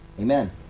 amen